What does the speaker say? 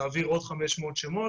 להעביר עוד 500 שמות.